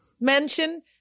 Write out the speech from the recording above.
mention